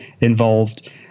involved